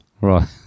Right